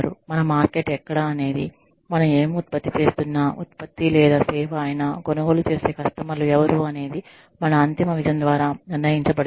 మన మార్కెట్ ఎక్కడ అనేది మనం ఏమి ఉత్పత్తి చేస్తున్నా ఉత్పత్తి లేదా సేవ అయినా కొనుగోలు చేసే కస్టమర్లు ఎవరు అనేది మన అంతిమ విజన్ ద్వారా నిర్ణయించబడుతుంది